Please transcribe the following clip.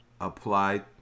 apply